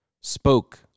spoke